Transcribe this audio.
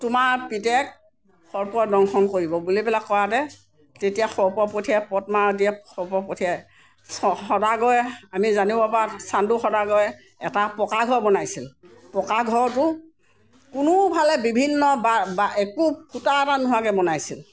তোমাৰ পুতেক সৰ্প দংশন কৰিব বুলি পেলায় কোৱাতে তেতিয়া সৰ্প পঠিয়াই পদ্মাৱতীয়ে সৰ্প পঠিয়াই স সদাগৰে আমি জানিব পৰাত চাণ্ডো সদাগৰে এটা পকাঘৰ বনাইছিল পকা ঘৰটো কোনোফালে বিভিন্ন একো ফুটা এটা নোহোৱাকৈ বনাইছিল